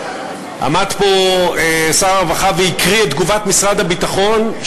עמד פה שר הרווחה והקריא את תגובת משרד הביטחון,